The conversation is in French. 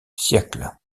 siècles